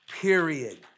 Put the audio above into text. period